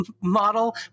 model